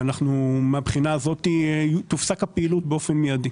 מן הבחינה הזאת, תופסק הפעילות באופן מידי.